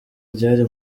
ryari